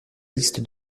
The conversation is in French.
liste